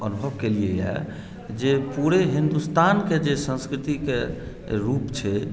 अनुभव केलियैया जे पुरे हिन्दुस्तानके जे संस्कृतिके रुप छै